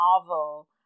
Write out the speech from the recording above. novel